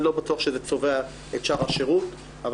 אני לא בטוח שזה צובע את שאר השירות אבל